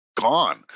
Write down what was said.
gone